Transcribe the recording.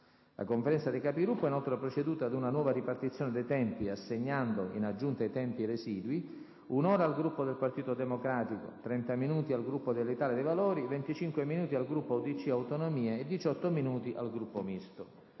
La Conferenza dei Capigruppo ha inoltre proceduto ad una nuova ripartizione dei tempi, assegnando - in aggiunta ai tempi residui - un'ora al Gruppo del Partito Democratico, 30 minuti al Gruppo dell'Italia dei Valori, 25 minuti al Gruppo UDC, SVP e Autonomie e 18 minuti al Gruppo Misto.